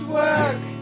work